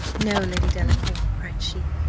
no, lady delacour, cried she,